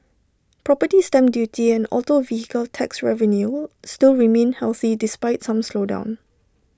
property stamp duty and auto vehicle tax revenue still remain healthy despite some slowdown